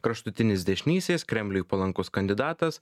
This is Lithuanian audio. kraštutinis dešinysis kremliui palankus kandidatas